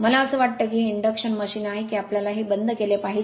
मला असे वाटते की हे इंडक्शन मशीन आहे की आम्हाला हे बंद केल पाहिजे